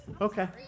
Okay